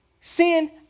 Sin